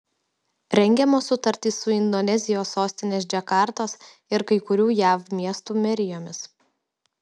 rengiamos sutartys su indonezijos sostinės džakartos ir kai kurių jav miestų merijomis